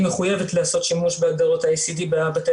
היא מחויבת לעשות שימוש ה-ICD בבתי